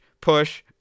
push